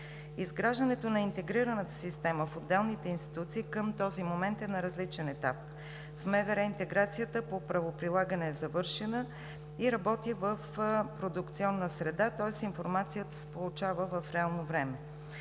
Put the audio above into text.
Изграждането на интегрираната система в отделните институции към този момент е на различен етап. В МВР интеграцията по правоприлагане е завършена и работи в продукционна среда, тоест информацията се получава в реално време.